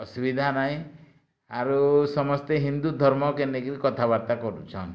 ଅସୁବିଧା ନାଇଁ ଆରୁ ସମସ୍ତେ ହିନ୍ଦୁ ଧର୍ମ କେ ନେଇକିରି କଥା ବାର୍ତ୍ତା କରୁଛନ୍